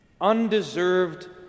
undeserved